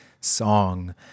song